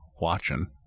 watching